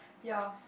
ya